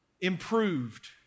improved